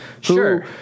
Sure